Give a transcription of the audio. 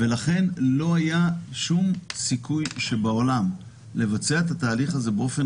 ולכן לא היה שום סיכוי שבעולם לבצע את התהליך הזה באופן